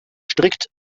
strikt